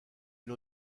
une